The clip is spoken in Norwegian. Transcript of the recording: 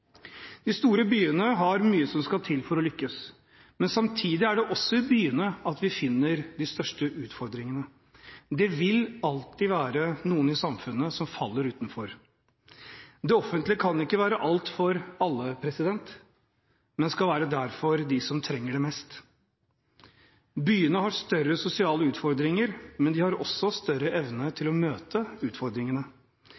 De store byene har mye som skal til for å lykkes, men samtidig er det også i byene at vi finner de største utfordringene. Det vil alltid være noen i samfunnet som faller utenfor. Det offentlige kan ikke være alt for alle, men skal være der for dem som trenger det mest. Byene har større sosiale utfordringer, men de har også større evne